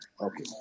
Okay